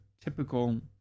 typical